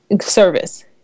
service